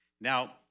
Now